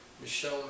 Michelle